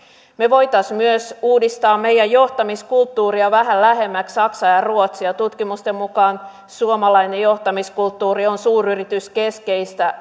me voisimme myös uudistaa meidän johtamiskulttuuriamme vähän lähemmäksi saksaa ja ja ruotsia tutkimusten mukaan suomalainen johtamiskulttuuri on suuryrityskeskeistä